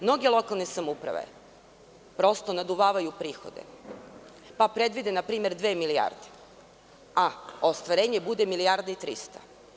Mnoge lokalne samouprave prosto naduvavaju prihode, pa predvide npr. dve milijarde, a ostvarenje bude milijardu i 300.